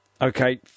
Okay